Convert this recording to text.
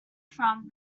from